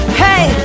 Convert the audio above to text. hey